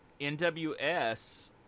NWS